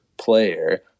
player